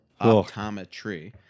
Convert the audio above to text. Optometry